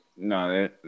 No